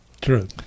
True